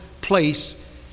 place